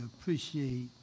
appreciate